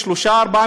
לשלושה-ארבעה